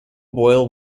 boil